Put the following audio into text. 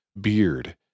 beard